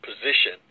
position